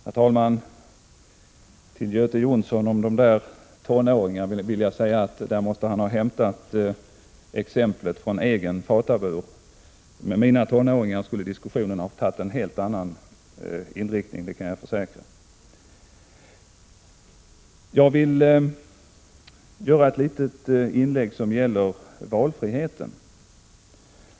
Herr talman! Beträffande tonåringarna vill jag till Göte Jonsson säga att han måste ha hämtat exemplet från egen fatabur. Med mina tonåringar skulle diskussionen tagit en helt annan inriktning, det kan jag försäkra. Jag vill göra ett litet inlägg som gäller valfriheten.